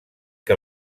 que